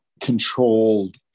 controlled